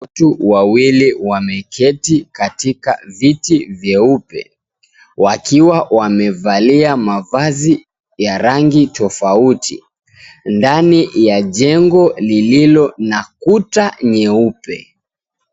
Watu wawili wameketi katika viti nyeupe, wakiwa wamevalia mavazi ya rangi tofauti ndani ya jengo lililo na kuta nyeupe.